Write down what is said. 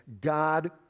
God